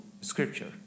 scripture